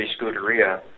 Scuderia